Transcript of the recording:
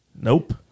Nope